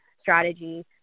strategy